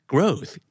Growth